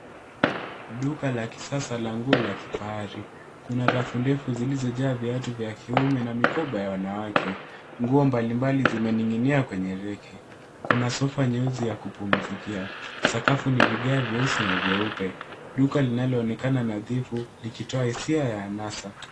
Duka la kisasa la nguo la kifahari. Kuna rafu ndefu zilizo jaa viatu vya kiume na mikoba ya wanawake. Nguo mbalimbali zimeninginia kwenye reki. Kuna sofa nyeusi ya kupumzikia. Sakafu ni vigae vyeusi na vyeupe. Duka linalo onekana nadhifu likitoa hisia ya anasa.